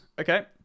Okay